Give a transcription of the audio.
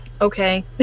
okay